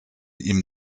ihm